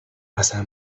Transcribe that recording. اصلا